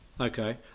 okay